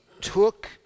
took